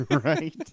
Right